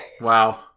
wow